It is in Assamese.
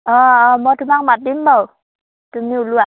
অঁ অঁ মই তোমাক মাতিম বাৰু তুমি ওলোৱা